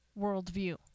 worldview